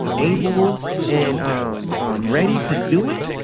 able and ready to do it.